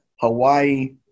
Hawaii